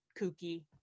kooky